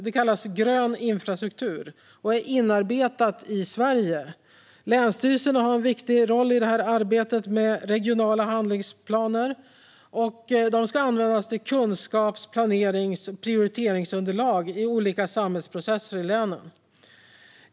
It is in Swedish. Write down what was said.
Det kallas grön infrastruktur och är inarbetat i Sverige. Länsstyrelserna har en viktig roll i det här arbetet med regionala handlingsplaner, som ska användas till kunskaps, planerings och prioriteringsunderlag i olika samhällsprocesser i länen.